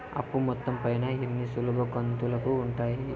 అప్పు మొత్తం పైన ఎన్ని సులభ కంతులుగా ఉంటాయి?